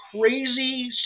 crazy